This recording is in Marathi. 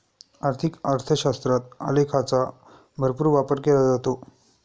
आर्थिक अर्थशास्त्रात आलेखांचा भरपूर वापर केला जातो